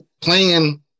playing